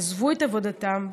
עזבו את עבודתם,